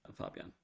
Fabian